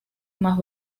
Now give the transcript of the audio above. más